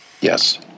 Yes